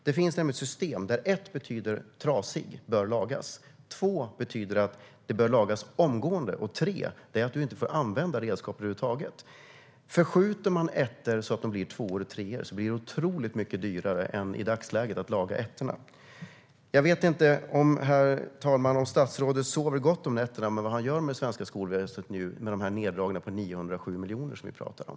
Det finns nämligen ett system där 1 betyder trasig och att det bör lagas, där 2 betyder att det bör lagas omgående och 3 betyder att man inte får använda redskapet över huvud taget. Förskjuter man 1:or så att de blir 2:or och 3:or blir det otroligt mycket dyrare än att i dagsläget laga 1:orna. Jag vet inte om statsrådet sover gott om nätterna med tanke på det som han gör med det svenska skolväsendet i och med dessa neddragningar på drygt 900 miljoner som vi talar om.